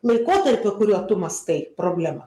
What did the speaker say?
laikotarpio kuriuo tu mąstai problema